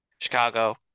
Chicago